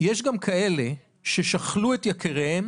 יש גם כאלה ששכלו את יקיריהם